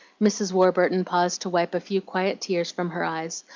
mrs. warburton paused to wipe a few quiet tears from her eyes,